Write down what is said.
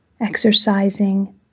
exercising